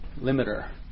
limiter